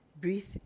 breathe